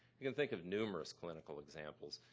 you can think of numerous clinical examples